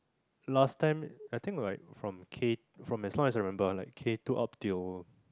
last time I think like from K from as long as I remember from K two up till